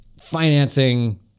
financing